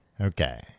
Okay